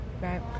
Right